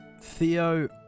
Theo